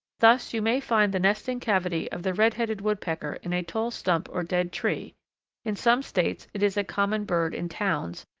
thus you may find the nesting cavity of the red-headed woodpecker in a tall stump or dead tree in some states it is a common bird in towns,